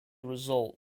result